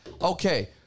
okay